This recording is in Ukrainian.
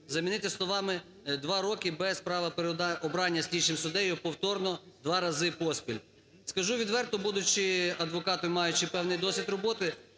замінити словами "два роки без права переобрання слідчим суддею повторно два рази поспіль". Скажу відверто, будучи адвокатом і маючи певний досвід роботи,